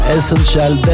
Essential